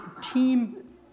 team